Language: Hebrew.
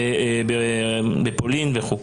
בפולין וכדומה?